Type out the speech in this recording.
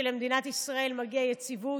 שלמדינת ישראל מגיעה יציבות,